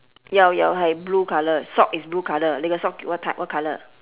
jau jau hai blue colour sock is blue colour lei go sock what type what colour